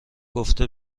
گفته